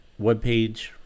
webpage